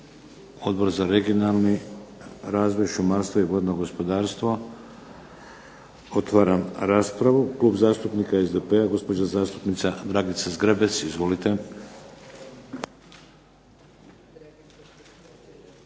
Odbor za regionalni razvoj, šumarstvo i vodno gospodarstvo? Otvaram raspravu. Klub zastupnika SDP-a, gospođa zastupnica Dragica Zgrebec. Izvolite.